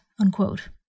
unquote